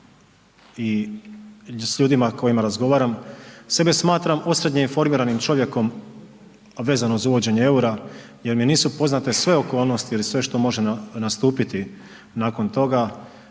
i s ljudima s kojima razgovaram sebe smatram osrednje informiranim čovjekom vezano za uvođenje eura jer mi nisu poznate sve okolnosti ili sve što može nastupiti nakon toga.